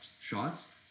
shots